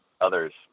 others